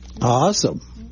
Awesome